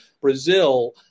Brazil